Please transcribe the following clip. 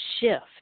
shift